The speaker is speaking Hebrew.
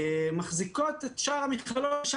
מחזיקות את שאר המכללות.